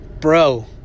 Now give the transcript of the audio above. Bro